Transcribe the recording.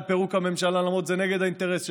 פירוק הממשלה למרות שזה נגד האינטרס שלו,